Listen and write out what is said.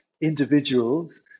individuals